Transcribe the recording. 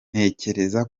ntekereza